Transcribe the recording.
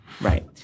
Right